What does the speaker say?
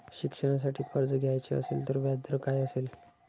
शिक्षणासाठी कर्ज घ्यायचे असेल तर व्याजदर काय असेल?